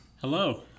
Hello